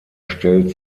stellt